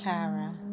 Tara